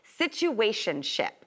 situationship